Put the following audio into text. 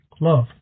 love